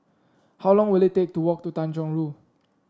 how long will it take to walk to Tanjong Rhu